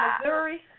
Missouri